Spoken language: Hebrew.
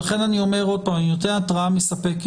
לכן אני אומר שוב שאני נותן התרעה מספקת.